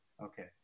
Okay